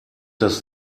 das